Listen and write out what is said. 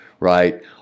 right